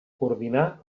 coordinar